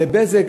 ל"בזק",